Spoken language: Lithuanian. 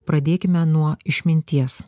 pradėkime nuo išminties